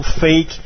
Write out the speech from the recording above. fake